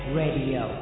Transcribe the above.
radio